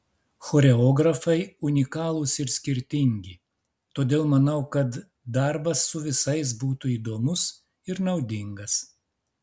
choreografai unikalūs ir skirtingi todėl manau kad darbas su visais būtų įdomus ir naudingas